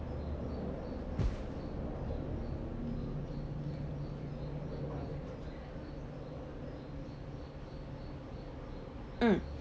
mm